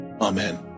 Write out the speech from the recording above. Amen